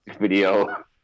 Video